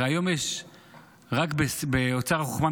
הרי היום יש רק באוצר החוכמה,